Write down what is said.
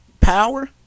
power